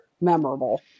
memorable